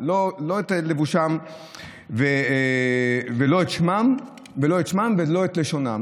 לא את לבושם ולא את שמם ולא את לשונם.